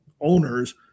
owners